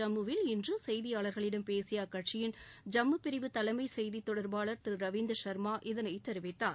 ஜம்முவில் இன்று செய்தியாளர்களிடம் பேசிய அக்கட்சியின் ஜம்மு பிரிவு தலைமை செய்தித் தொடர்பாளர் திரு ரவீந்தர் சர்மா இதனை தெரிவித்தார்